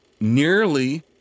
nearly